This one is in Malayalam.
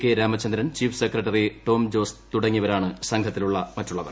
K Ramachandran chief secretary Tom Jose തുടങ്ങിയവരാണ് സംഘത്തിലുള്ള മറ്റുള്ളവർ